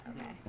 Okay